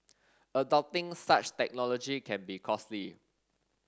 adopting such technology can be costly